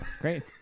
Great